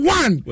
one